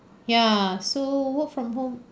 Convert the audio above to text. ya so work from home